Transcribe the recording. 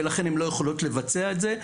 ולכן הן לא יכולות לבצע את זה.